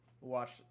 watch